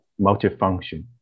multifunction